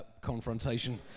confrontation